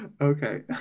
Okay